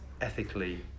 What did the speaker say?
ethically